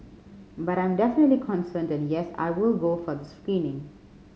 but I'm definitely concerned and yes I will go for the screening